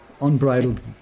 Unbridled